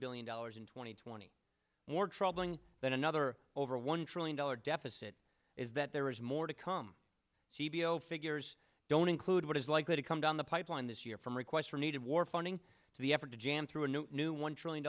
billion dollars in two thousand and twenty more troubling than another over one trillion dollar deficit is that there is more to come c b l figures don't include what is likely to come down the pipeline this year from requests for needed war funding for the effort to jam through a new new one trillion